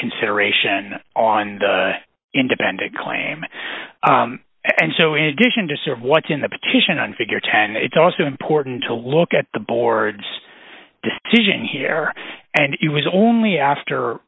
consideration on the independent claim and so in addition to serve what's in the petition and figure ten it's also important to look at the board's decision here and it was only after